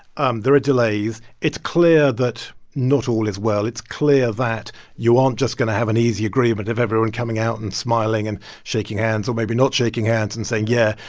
um there are delays. it's clear that not all is well. it's clear that you aren't just going to have an easy agreement of everyone coming out and smiling and shaking hands or maybe not shaking hands and saying, yeah,